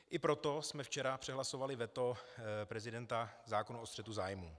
I proto jsme včera přehlasovali veto prezidenta zákona o střetu zájmů.